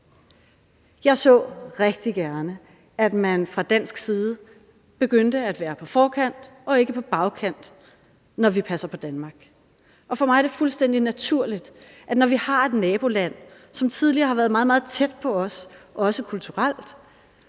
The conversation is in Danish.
Jeg så rigtig gerne, at vi fra dansk side begyndte at være på forkant og ikke på bagkant, når vi passer på Danmark. Og for mig er det fuldstændig naturligt, at når et naboland, som tidligere har været meget, meget tæt på os, også kulturelt,